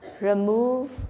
remove